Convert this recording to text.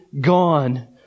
gone